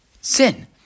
sin